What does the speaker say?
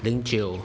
零九